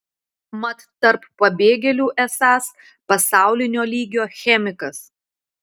mat tarp pabėgėlių esąs pasaulinio lygio chemikas